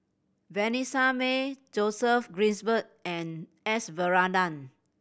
Vanessa Mae Joseph Grimberg and S Varathan